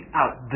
out